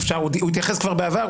הוא התייחס כבר בעבר,